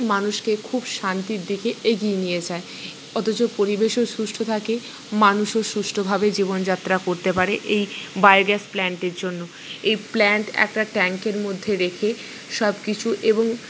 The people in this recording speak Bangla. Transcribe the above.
মানুষকে খুব শান্তির দিকে এগিয়ে নিয়ে যায় অথচ পরিবেশও সুস্থ থাকে মানুষও সুষ্ঠুভাবে জীবনযাত্রা করতে পারে এই বায়োগ্যাস প্ল্যান্টের জন্য এই প্ল্যান্ট একটা ট্যাংকের মধ্যে রেখে সবকিছু এবং